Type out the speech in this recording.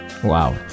Wow